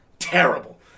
terrible